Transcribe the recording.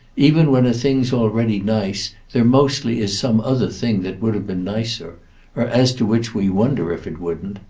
even when a thing's already nice there mostly is some other thing that would have been nicer or as to which we wonder if it wouldn't.